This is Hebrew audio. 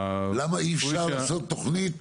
למה אי אפשר לעשות תוכנית